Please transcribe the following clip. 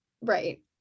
Right